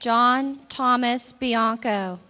john thomas bianc